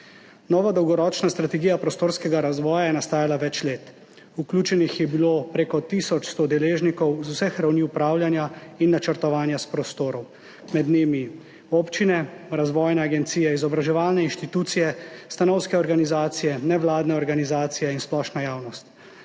Nova dolgoročna strategija prostorskega razvoja je nastajala več let, vključenih je bilo preko tisoč 100 deležnikov z vseh ravni upravljanja in načrtovanja s prostorov, med njimi občine, razvojne agencije, izobraževalne inštitucije, stanovske organizacije, nevladne organizacije in splošna javnost.